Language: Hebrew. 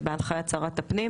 בהנחיית שרת הפנים.